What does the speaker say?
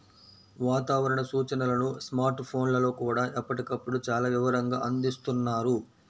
వాతావరణ సూచనలను స్మార్ట్ ఫోన్లల్లో కూడా ఎప్పటికప్పుడు చాలా వివరంగా అందిస్తున్నారు